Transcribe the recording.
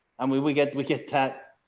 and we we get we get that.